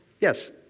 Yes